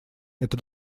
это